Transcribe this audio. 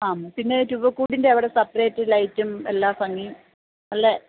ആ പിന്നെ രൂപക്കൂടിൻ്റെ അവിടെ സെപ്പറേറ്റ് ലൈറ്റും എല്ലാം ഭംഗി എല്ലം